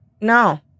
no